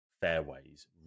fairways